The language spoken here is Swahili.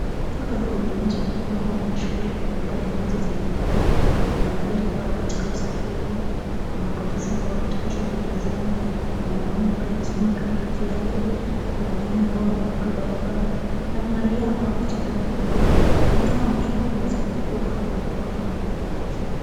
Hapa ni kwenye mji mkuu ambapo kuna shughuli mbalimbali ambazo zinaendelea. Kuna magari ambayo yako katika usafiri, kuna polisi ambao wako katika shughuli zao, kuna mwanaume ambaye anasukuma pikipiki yake, kuna wengine ambao wanavuka barabara na kuna raia ambao wanatembea kwa mguu. Na tunaona mji huu umeweza kuzungukwa na maghorofa marefu marefu.